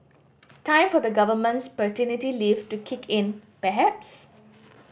time for the government's paternity leave to kick in perhaps